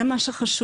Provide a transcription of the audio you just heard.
זה מה שחשוב,